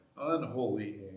unholy